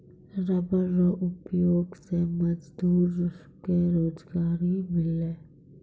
rubber रो उपयोग से मजदूर के रोजगारी मिललै